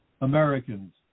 Americans